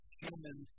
human